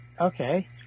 Okay